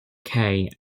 kaye